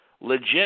legit